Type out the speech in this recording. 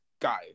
Guys